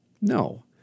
No